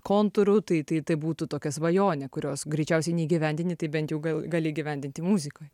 kontūrų tai tai tai būtų tokia svajonė kurios greičiausiai neįgyvendinti tai bent jau gal gali įgyvendinti muzikoje